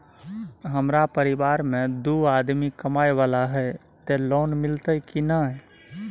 हमरा परिवार में दू आदमी कमाए वाला हे ते लोन मिलते की ने?